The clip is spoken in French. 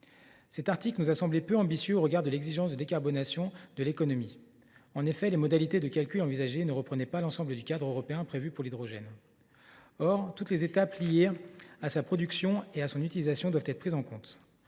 Cet article nous a semblé peu ambitieux au regard de l’exigence de décarbonation de l’économie. En effet, les modalités de calcul envisagées ne reprenaient pas l’ensemble du cadre européen prévu pour l’hydrogène. Or toutes les étapes liées à sa production et à son utilisation doivent être prises en compte.